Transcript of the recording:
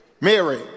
Mary